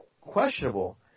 questionable